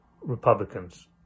Republicans